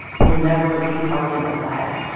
you'll never leave harlan alive.